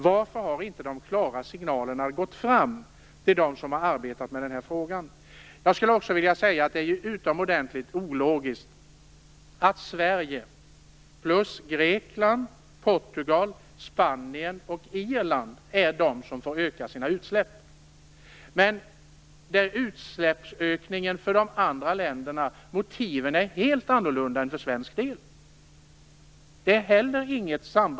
Varför har inga klara signaler gått fram till dem som har arbetat med denna fråga? Jag skulle också vilja säga att det är utomordentligt ologiskt att Sverige plus Grekland, Portugal, Spanien och Irland är de som får öka sina utsläpp. Motiven för utsläppsökningen är helt annorlunda för de andra länderna.